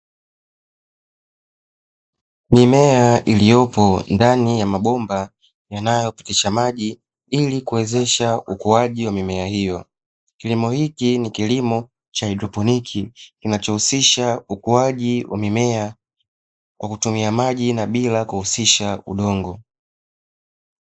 Mimea iliyopo ndani ya mabomba yanayopitisha maji ili kuwezesha ukuaji wa mimea hiyo, kilimo hiki ni kilimo cha haidroponiki kinachohusisha ukuaji wa mimea kwa kutumia maji na bila kuhusisha udongo.